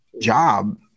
job